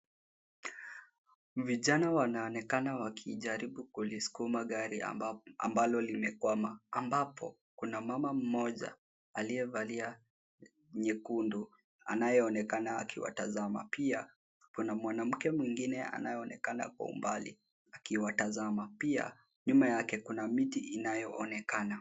Vijana wanaonekana wakijaribu kuliskuma gari ambalo limekwama ambapo kuna mama mmoja aliyevalia nyekundu anayeonekana akiwatazama, pia kuna mwanamake mwingine anayeonekana kwa umbali akiwatazama, pia nyuma yake kuna miti inayoonekana.